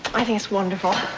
i think it's wonderful.